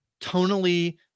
tonally